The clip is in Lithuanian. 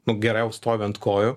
nu geriau stovi ant kojų